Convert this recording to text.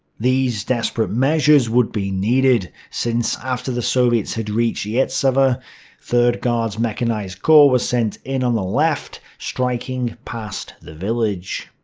these desperate measures would be needed, since after the soviets had reached iecava, third guards mechanized corps was sent in on the left, striking past the village.